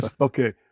okay